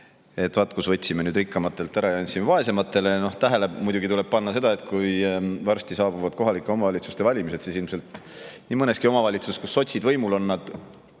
et vaat, kus võtsime nüüd rikkamatelt ära ja andsime vaesematele. No tähele muidugi tuleb panna seda, et kui varsti saabuvad kohalike omavalitsuste valimised, siis ilmselt nii mõneski omavalitsuses, kus sotsid võimul on, nad